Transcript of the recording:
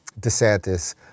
DeSantis